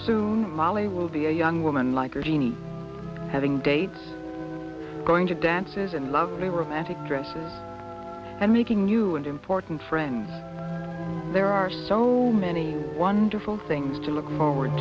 soon molly will be a young woman like a genie having dates going to dances and lovely romantic dresses and making new and important friends there are so many wonderful things to look forward